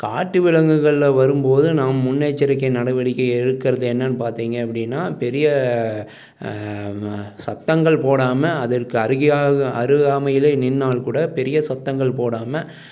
காட்டு விலங்குகளில் வரும்போது நாம் முன்னெச்சரிக்கை நடவடிக்கை எடுக்கிறது என்னென்னு பார்த்திங்க அப்படின்னா பெரிய சத்தங்கள் போடாமல் அதற்கு அருகாமையில் நின்றால் கூட பெரிய சத்தங்கள் போடாமல்